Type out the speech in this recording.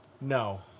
No